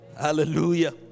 Hallelujah